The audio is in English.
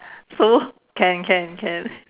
so can can can